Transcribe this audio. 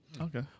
Okay